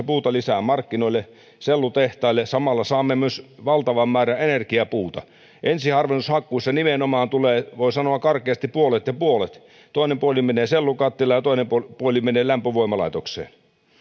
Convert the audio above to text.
puuta lisää markkinoille sellutehtaille samalla saamme myös valtavan määrän energiapuuta ensiharvennushakkuissa nimenomaan tulee voi sanoa karkeasti puolet ja puolet toinen puoli menee sellukattilaan ja toinen puoli menee lämpövoimalaitokseen